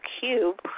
cube